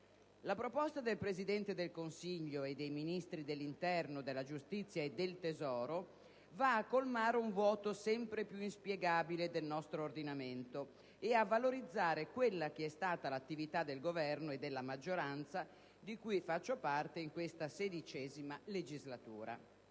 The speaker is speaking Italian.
La proposta del Presidente del Consiglio e dei Ministri dell'interno, della giustizia e dell'economia e delle finanze va a colmare un vuoto sempre più inspiegabile del nostro ordinamento e a valorizzare l'attività del Governo e della maggioranza di cui faccio parte in questa XVI legislatura.